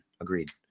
agreed